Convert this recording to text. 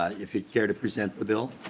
ah if you care to present the bill?